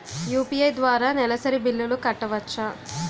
UPI ద్వారా నెలసరి బిల్లులు కట్టవచ్చా?